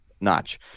notch